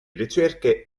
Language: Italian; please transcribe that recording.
ricerche